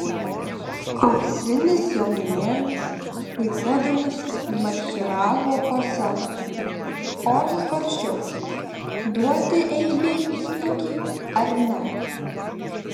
auksinis jaunimėlis puikuodamasis marširavo po sceną o aš svarsčiau duoti eibei į snukį ar ne